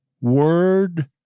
word